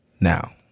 now